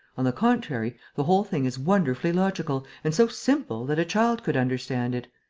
on the contrary, the whole thing is wonderfully logical and so simple that a child could understand it.